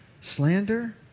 slander